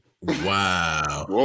Wow